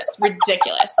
ridiculous